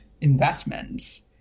investments